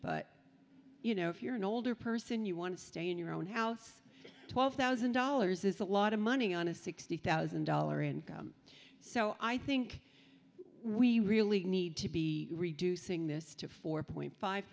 but you know if you're an older person you want to stay in your own house twelve thousand dollars is a lot of money on a sixty thousand dollar income so i think we really need to be reducing this to four point five